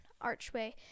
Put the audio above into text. archway